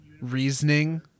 reasoning